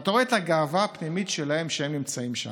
אתה רואה את הגאווה הפנימית שלהם שהם נמצאים שם.